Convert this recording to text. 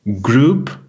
group